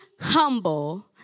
humble